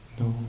no